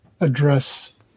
address